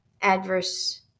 adverse